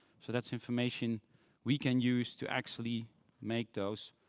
so that's information we can use to actually make those